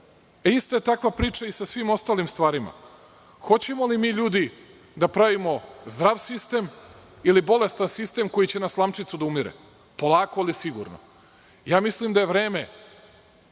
vreme. Ista je takva priča i sa svim ostalim stvarima. Hoćemo li mi ljudi da pravimo zdrav sistem ili bolestan sistem koji će na slamčicu da umire, polako ali sigurno. Mislim da je vreme,